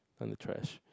down the trash